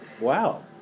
Wow